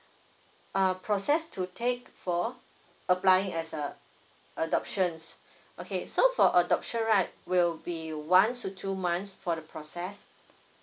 uh process to take for applying as a adoptions okay so for adoption right will be one to two months for the process